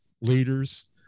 leaders